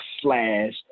slash